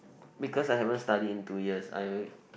because I haven't study in two years I